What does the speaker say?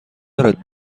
دارد